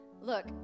Look